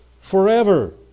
forever